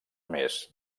més